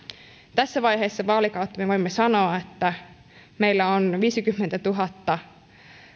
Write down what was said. tässä vaiheessa vaalikautta me voimme sanoa että meillä on viisikymmentätuhatta